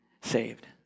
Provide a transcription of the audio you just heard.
saved